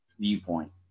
viewpoint